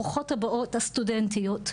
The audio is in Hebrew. ברוכות הבאות הסטודנטיות.